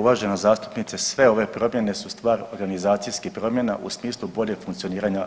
Uvažena zastupnice, sve ove promjene su stvar organizacijskih promjena u smislu boljeg funkcioniranja